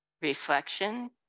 reflection